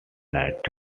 night